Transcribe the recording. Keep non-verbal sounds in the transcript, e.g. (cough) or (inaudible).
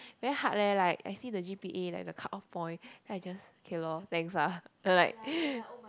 very hard leh like I see the g_p_a like the cut off point then I just okay lor thanks ah like (breath)